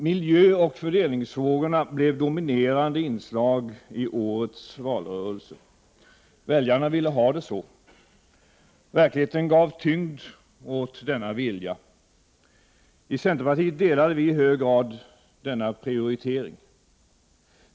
Miljöoch fördelningsfrågorna blev dominerande inslag i årets valrörelse. Väljarna ville ha det så. Verkligheten gav tyngd åt denna vilja. I centerpartiet delade vi i hög grad denna prioritering.